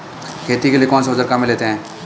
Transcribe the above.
खेती के लिए कौनसे औज़ार काम में लेते हैं?